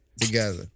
together